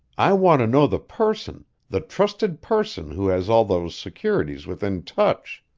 i want to know the person, the trusted person who has all those securities within touch.